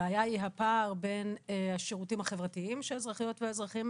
הבעיה היא הפער בין השירותים החברתיים שהאזרחיות והאזרחים